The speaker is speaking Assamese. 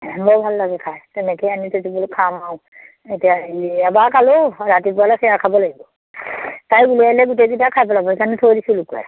বৰ ভাল লাগে খাই তেনেকৈ আনি থৈছো বোলো খাম আৰু এতিয়া হেৰি এবাৰ খালোঁ ৰাতিপুৱালে সেয়া খাব লাগিব তাইক উলিয়াই দিলে গোটেইকেইটা খাই পেলাব সেইকাৰণে থৈ দিছোঁ লুকুৱাই